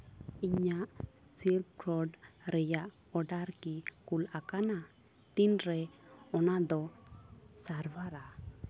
ᱤᱧᱟᱹᱜ ᱨᱮᱭᱟᱜ ᱚᱰᱟᱨ ᱠᱤ ᱠᱩᱞ ᱟᱠᱟᱱᱟ ᱛᱤᱱᱨᱮ ᱚᱱᱟᱫᱚ ᱥᱟᱨᱵᱷᱟᱨᱟ